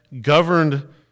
governed